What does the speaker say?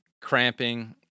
cramping